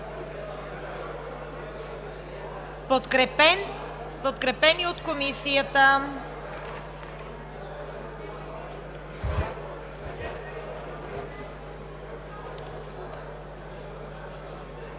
подкрепени от Комисията.